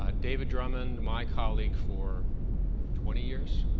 ah david drummond, my colleague for twenty years,